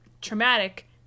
traumatic